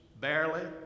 barely